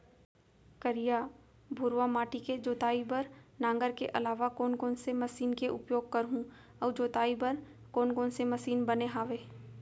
करिया, भुरवा माटी के जोताई बर नांगर के अलावा कोन कोन से मशीन के उपयोग करहुं अऊ जोताई बर कोन कोन से मशीन बने हावे?